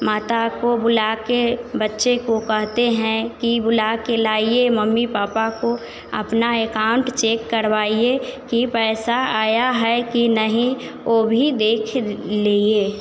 माता को बुला कर बच्चे को कहते हैं कि बुला कर लाईए मम्मी पापा को अपना अकाउंट चेक करवाइए कि पैसा आया है कि नहीं वो भी देख लिए